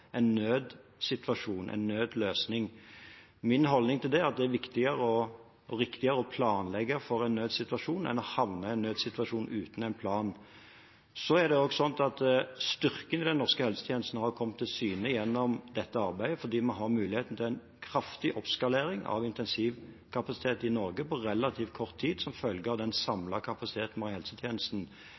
en nødsituasjon, en nødløsning. Min holdning til det er at det er viktigere og riktigere å planlegge for en nødsituasjon enn å havne i en nødsituasjon uten en plan. Det er også sånn at styrken ved den norske helsetjenesten har kommet til syne gjennom dette arbeidet, fordi vi har mulighet til en kraftig oppskalering av intensivkapasiteten i Norge på relativt kort tid som følge av den samlede kapasiteten i helsetjenesten.